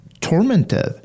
tormented